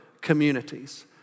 communities